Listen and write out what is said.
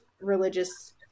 religious